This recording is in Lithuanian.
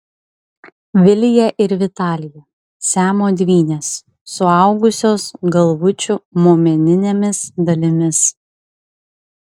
vilija ir vitalija siamo dvynės suaugusios galvučių momeninėmis dalimis